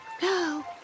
Go